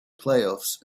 playoffs